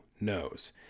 knows